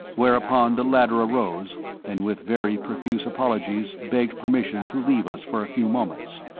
whereupon the latter arose and with very profuse apologies begged permission to leave us for a few moments.